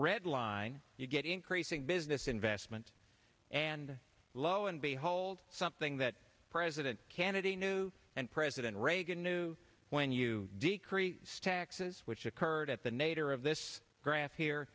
red line you get increasing business investment and lo and behold something that president can it he knew and president reagan knew when you decrease taxes which occurred at the nadir of this graph here